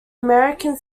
american